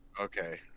Okay